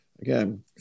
again